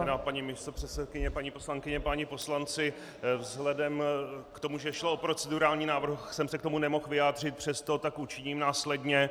Vážená paní místopředsedkyně, paní poslankyně, páni poslanci, vzhledem k tomu, že šlo o procedurální návrh, jsem se k tomu nemohl vyjádřit, přesto tak učiním následně.